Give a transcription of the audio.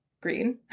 green